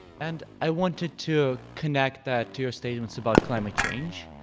and i wanted to connect that to your statements about climate change.